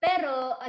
pero